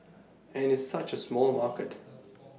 and it's such A small market